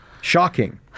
Shocking